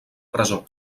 presó